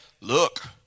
Look